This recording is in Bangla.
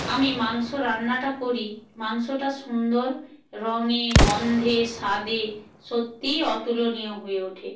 আমি মাংস রান্নাটা করি মাংসটা সুন্দর রঙে গন্ধে স্বাদে সত্যিই অতুলনীয় হয়ে ওঠে